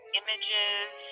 images